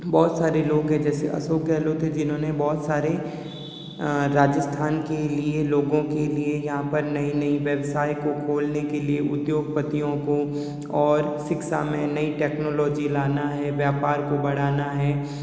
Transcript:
बहुत सारे लोग है जैसे अशोक गहलोत है जिन्होंने बहुत सारे राजस्थान के लिए लोगों के लिए यहाँ पर नई नई व्यवसाय को खोलने के लिए उद्योगपतियों को और शिक्षा मे नई टेक्नोलॉजी लाना है व्यापार को बढ़ाना है